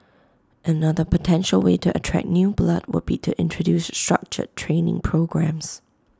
another potential way to attract new blood would be to introduce structured training programmes